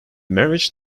marriage